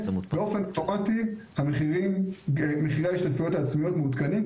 באופן אוטומטי מחירי ההשתתפויות העצמיות מעודכנים,